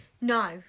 No